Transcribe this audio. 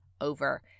over